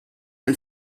and